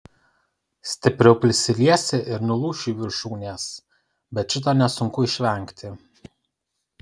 stipriau prisiliesi ir nulūš jų viršūnės bet šito nesunku išvengti